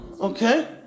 Okay